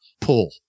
Pull